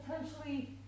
potentially